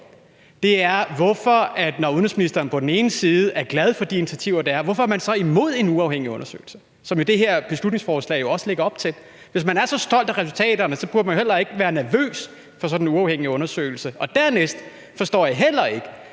er, hvorfor man – når udenrigsministeren på den ene side er glad for de initiativer, der er – er imod en uafhængig undersøgelse, som det her beslutningsforslag jo også lægger op til. Hvis man er så stolt af resultaterne, burde man heller ikke være nervøs for sådan en uafhængig undersøgelse. Dernæst forstår jeg heller ikke,